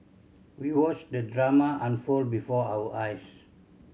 we watched the drama unfold before our eyes